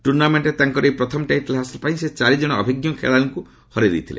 ଟୁର୍ଣ୍ଣାମେଣ୍ଟରେ ତାଙ୍କର ଏହି ପ୍ରଥମ ଟାଇଟଲ ହାସଲ ପାଇଁ ସେ ଚାରି ଜଣ ଅଭିଜ୍ଞ ଖେଳାଳିଙ୍କୁ ହରାଇଥିଲେ